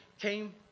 came